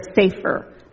safer